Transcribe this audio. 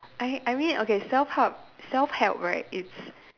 I I mean okay self help self help right it's